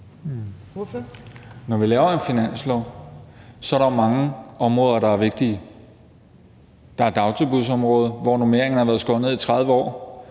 Når vi laver en finanslov, er der jo mange områder, der er vigtige. Der er dagtilbudsområdet, hvor normeringerne har været skåret ned i 30 år.